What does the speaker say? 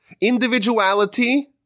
Individuality